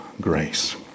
grace